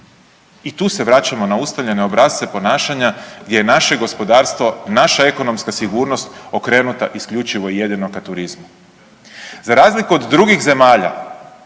i tu se vraćamo na ustaljene obrasce ponašanja gdje je naše gospodarstvo, naša ekonomska sigurnost okrenuta isključivo i jedino ka turizmu. Za razliku od drugih zemalja